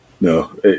No